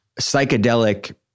psychedelic